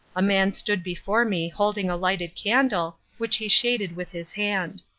a man stood before me holding a lighted candle which he shaded with his hand.